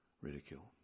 ridicule